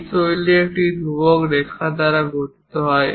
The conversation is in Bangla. এই শৈলী একটি ধ্রুবক রেখা গঠিত হয়